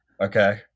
Okay